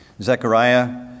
Zechariah